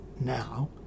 now